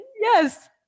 Yes